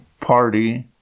party